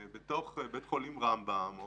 בתוך בית חולים רמב"ם,